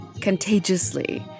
contagiously